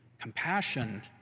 compassion